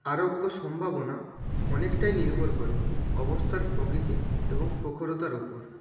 আরোগ্য সম্ভাবনা অনেকটাই নির্ভর করে অবস্থার প্রকৃতি এবং প্রখরতার উপর